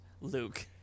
Luke